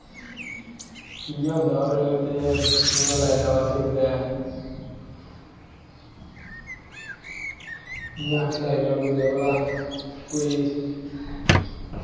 इयै होंदा ते लाई लैओ असैं इयां लाई लैओ भला कुदै कोई